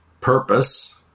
purpose